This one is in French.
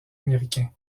américain